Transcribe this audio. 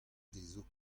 dezho